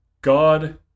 God